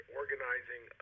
organizing